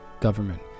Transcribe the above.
government